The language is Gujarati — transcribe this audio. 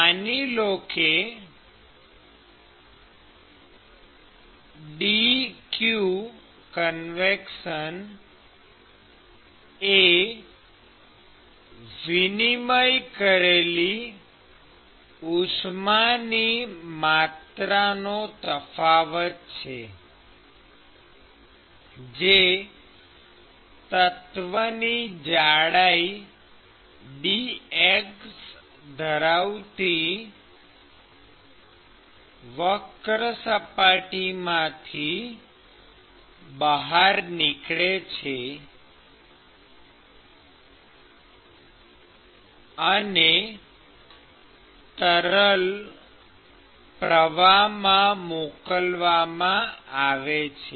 માની લો કે dqconv એ વિનિમય કરેલી ઉષ્માની માત્રાનો તફાવત છે જે તત્વની જાડાઈ dx ધરાવતી વક્ર સપાટીમાંથી બહાર નીકળે છે છે અને તરલ પ્રવાહમાં મોકલવામાં આવે છે